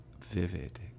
vivid